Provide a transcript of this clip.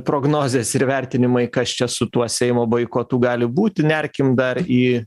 prognozės ir vertinimai kas čia su tuo seimo boikotu gali būti nerkim dar į